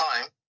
time